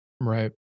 right